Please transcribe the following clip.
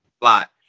lot